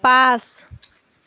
পাঁচ